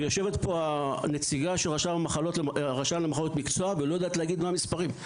ויושבת פה הנציגה של רשם למחלות מקצוע ולא יודעת להגיד מה המספרים,